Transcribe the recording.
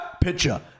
picture